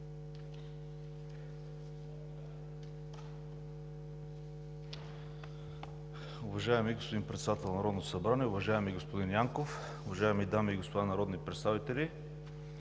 Уважаеми господин Председател на Народното събрание, уважаеми господин Янков, уважаеми дами и господа народни представители!